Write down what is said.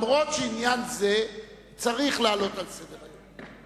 אף-על-פי שעניין זה צריך לעלות על סדר-היום.